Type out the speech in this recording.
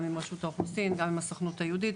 גם עם רשות האוכלוסין וגם עם הסוכנות היהודית,